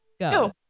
go